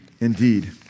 indeed